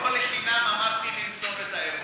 לא לחינם אמרתי לנצור את האירוע.